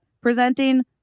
presenting